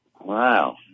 Wow